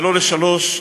ולא בשלוש,